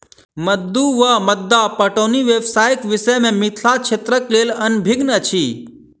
मद्दु वा मद्दा पटौनी व्यवस्थाक विषय मे मिथिला क्षेत्रक लोक अनभिज्ञ अछि